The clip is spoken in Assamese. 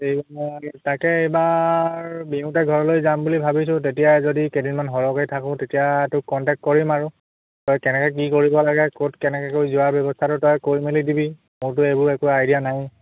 এইবাৰ তাকে এইবাৰ বিহুতে ঘৰলৈ যাম বুলি ভাবিছোঁ তেতিয়া যদি কেইদিনমান সৰহকৈ থাকোঁ তেতিয়া তোক কণ্টেক্ট কৰিম আৰু তই কেনেকৈ কি কৰিব লাগে ক'ত কেনেকৈ কৰি যোৱাৰ ব্যৱস্থাটো তই কৰি মেলি দিবি মোৰতো এইবোৰ একো আইডিয়া নায়ে